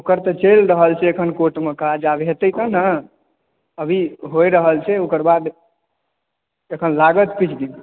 ओकर तऽ चलि रहल छै एखन कोट मे काज आब हेतै तब ने अभी होइ रहल छै ओकर बाद एखन लागत किछु दिन